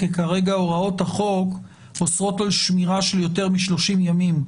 כרגע הוראות החוק אוסרות על שמירה של יותר מ-30 ימים,